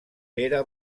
pere